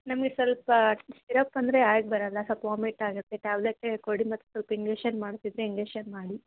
ನಮಗೆ ಸ್ವಲ್ಪ ಸಿರಪ್ ಅಂದರೆ ಆಗಿಬರಲ್ಲ ಸ್ವಲ್ಪ್ ವಾಮೀಟ್ ಆಗುತ್ತೆ ಟ್ಯಾಬ್ಲೆಟೇ ಕೊಡಿ ಮತ್ತು ಸ್ವಲ್ಪ ಇಂಗಿಷನ್ ಮಾಡ್ತಿದ್ರೆ ಇಂಜೆಷನ್ ಮಾಡಿ